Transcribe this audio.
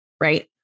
right